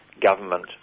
government